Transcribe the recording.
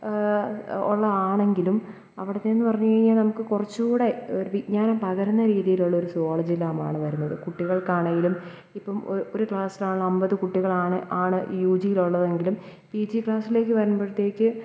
ഉള്ളത് ആണെങ്കിലും അവിടുത്തെയെന്നു പറഞ്ഞു കഴിഞ്ഞാൽ നമുക്ക് കുറച്ചു കൂടി ഒരു വിജ്ഞാനം പകരുന്ന രീതിയിലുള്ളൊരു സുവോളജി ലാബാണ് വരുന്നത് കുട്ടികൾക്കാണെങ്കിലും ഇപ്പം ഒരു ഒരു ക്ലാസ്സിലാകെ അൻപത് കുട്ടികളാണ് യൂ ജിയിലുള്ളതെങ്കിലും പി ജി ക്ലാസ്സിലേക്കു വരുമ്പോഴത്തേക്ക്